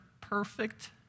perfect